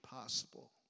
possible